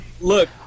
look